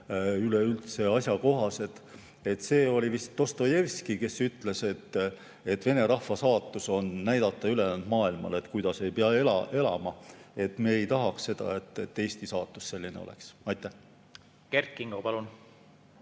üleüldse asjakohased. See oli vist Dostojevski, kes ütles, et vene rahva saatus on näidata ülejäänud maailmale, kuidas ei pea elama. Me ei tahaks, et Eesti saatus selline oleks. Kert Kingo, palun!